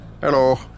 Hello